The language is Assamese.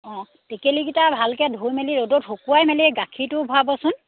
অঁ টিকেলিকেইটা ভালকৈ ধুই মেলি ৰ'দত শুকুৱাই মেলি গাখীৰটো ভৰাবচোন